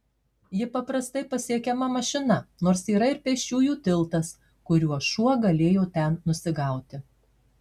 ji paprastai pasiekiama mašina nors yra ir pėsčiųjų tiltas kuriuo šuo galėjo ten nusigauti